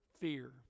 fear